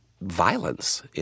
violence